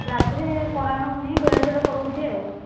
ରାତିରେ କରାହେଉନି ବେଳେବେଳେ କରାଉଛି ଆଉ